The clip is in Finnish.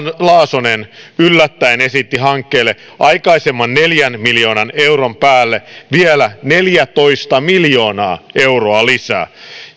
laasonen yllättäen esitti hankkeelle aikaisemman neljän miljoonan euron päälle vielä neljätoista miljoonaa euroa lisää